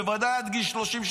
בוודאי עד גיל 30,